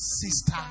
Sister